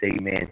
amen